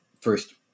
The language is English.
first